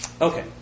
Okay